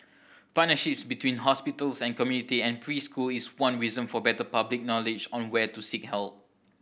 partnerships between hospitals and community and preschools is one reason for better public knowledge on where to seek help